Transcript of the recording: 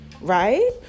Right